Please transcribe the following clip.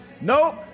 Nope